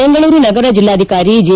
ಬೆಂಗಳೂರು ನಗರ ಜಿಲ್ಲಾಧಿಕಾರಿ ಜೆ